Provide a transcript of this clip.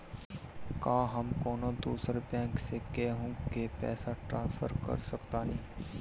का हम कौनो दूसर बैंक से केहू के पैसा ट्रांसफर कर सकतानी?